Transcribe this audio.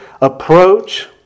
approach